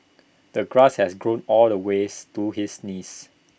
the grass had grown all the ways to his knees